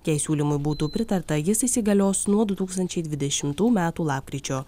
jei siūlymui būtų pritarta jis įsigalios nuo du tūkstančiai dvidešimtų metų lapkričio